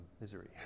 misery